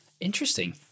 Interesting